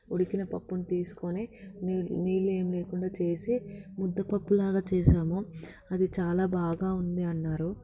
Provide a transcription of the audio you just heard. ఉడికిన పప్పుని తీసుకుని నీళ్ళు ఏమి లేకుండా చేసి ముద్దపప్పు లాగా చేశాము అది చాలా బాగా ఉంది అన్నారు